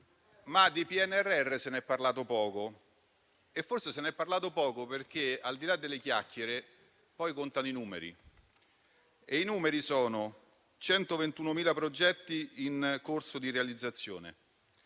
di domani. Si è parlato poco però di PNRR. Forse se ne è parlato poco perché, al di là delle chiacchiere, poi contano i numeri. Ebbene, i numeri sono 121.000 progetti in corso di realizzazione,